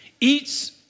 eats